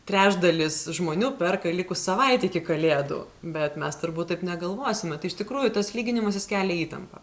trečdalis žmonių perka likus savaitei iki kalėdų bet mes turbūt taip negalvosime iš tikrųjų tas lyginimasis kelia įtampą